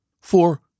For